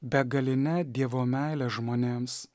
begaline dievo meile žmonėms